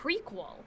prequel